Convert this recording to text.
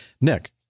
Nick